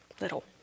little